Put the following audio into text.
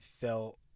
felt